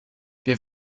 wir